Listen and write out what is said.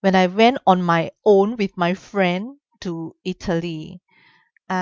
when I went on my own with my friend to italy